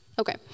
Okay